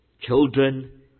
children